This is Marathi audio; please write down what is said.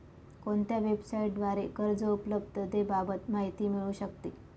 कोणत्या वेबसाईटद्वारे कर्ज उपलब्धतेबाबत माहिती मिळू शकते?